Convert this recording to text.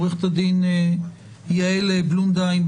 עו"ד יעל בלונדהיים,